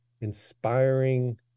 inspiring